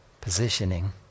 Positioning